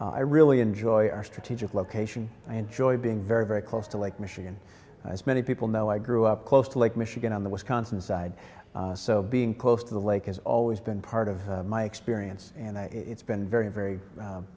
really enjoy our strategic location i enjoy being very very close to lake michigan as many people know i grew up close to lake michigan on the wisconsin side so being close to the lake has always been part of my experience and it's been very very